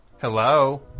Hello